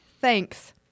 thanks